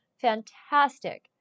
Fantastic